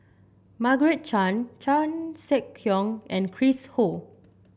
Margaret Chan Chan Sek Keong and Chris Ho